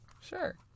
Sure